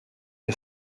nie